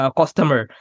customer